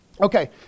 Okay